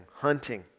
Hunting